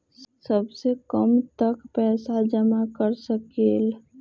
सबसे कम कतेक पैसा जमा कर सकेल?